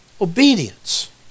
obedience